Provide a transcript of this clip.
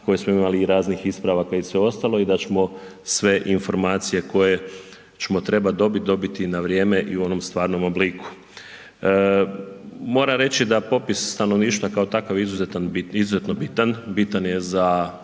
koje smo imali i raznih ispravaka i sve ostalo i da ćemo sve informacije koje ćemo trebati dobiti, dobiti na vrijeme i u onom stvarnom obliku. Moram reći da popis stanovništva kao takav izuzetno bitan,